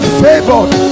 favored